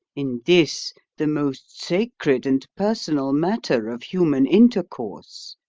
in this the most sacred and personal matter of human intercourse.